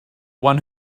one